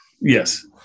Yes